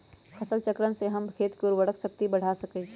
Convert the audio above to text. फसल चक्रण से हम खेत के उर्वरक शक्ति बढ़ा सकैछि?